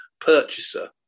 purchaser